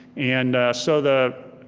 and so the